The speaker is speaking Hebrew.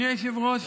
אדוני היושב-ראש,